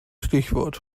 stichwort